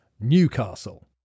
Newcastle